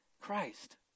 Christ